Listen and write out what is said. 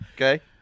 Okay